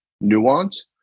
nuance